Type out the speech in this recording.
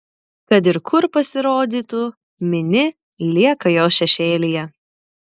kad ir kur pasirodytų mini lieka jo šešėlyje